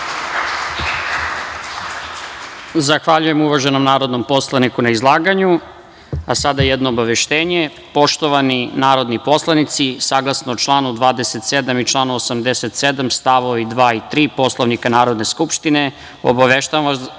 Zahvaljujem uvaženom narodnom poslaniku na izlaganju. Sada jedno obaveštenje. Poštovani narodni poslanici, saglasno članu 27. i članu 87. st. 2. i 3. Poslovnika Narodne skupštine, obaveštavam vas